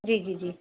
जी जी जी